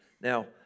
Now